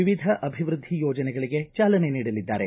ವಿವಿಧ ಅಭಿವೃದ್ಧಿ ಯೋಜನೆಗಳಿಗೆ ಚಾಲನೆ ನೀಡಲಿದ್ದಾರೆ